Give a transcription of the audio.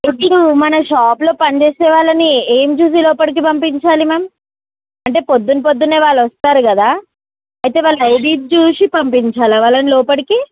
ఇప్పుడు మన షాప్లో పని చేేసే వాళ్ళని ఏం చూసి లోపలకి పంపించాలి మ్యామ్ అంటే పొద్దున పొద్దున్నే వాళ్ళ వస్తారు కదా అయితే వాళ్ళ ఐడి చూసి పంపించాలా వాళ్ళని లోపలకి